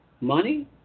money